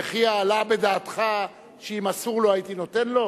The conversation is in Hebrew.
וכי עלה בדעתך שאם אסור לו הייתי נותן לו?